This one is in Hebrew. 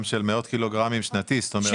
אבל